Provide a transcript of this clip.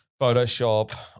Photoshop